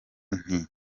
nti